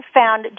found